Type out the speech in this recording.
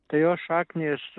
tai jos šaknys